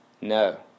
No